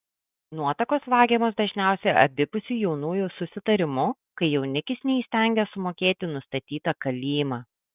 nuotakos vagiamos dažniausiai abipusiu jaunųjų susitarimu kai jaunikis neįstengia sumokėti nustatytą kalymą